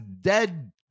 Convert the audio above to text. dead